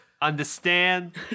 Understand